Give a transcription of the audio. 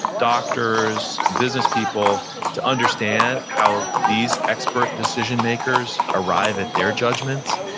doctors, and business people to understand how these expert decision makers arrive at their judgements.